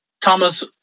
Thomas